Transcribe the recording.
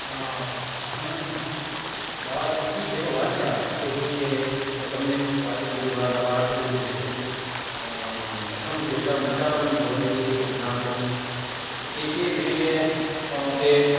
अहं बालैः एवं वाचयामि यतोहि ते सम्यक् वाचयन्ति वा न वा इति द्रष्टुं कथं तेषाम् उच्चारणं भवति इति ज्ञातुं के के विषये ते